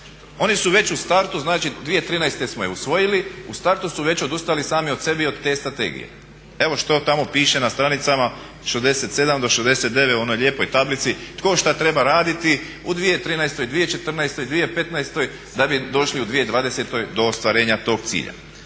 Oni su već u startu, znači 2013.smo je usvojili u startu su već odustali sami od sebe i od te strategije. Evo što tamo piše na stranicama 67.do 69.u onoj lijepoj tablici tko što treba raditi u 2013., 2014., 2015.da bi došli u 2020.do ostvarenja toga cilja.